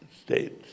states